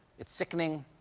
it's sickening,